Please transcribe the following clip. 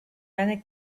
many